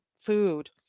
Food